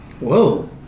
Whoa